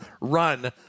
run